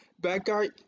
Backyard